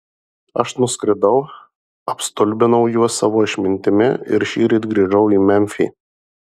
aš nuskridau apstulbinau juos savo išmintimi ir šįryt grįžau į memfį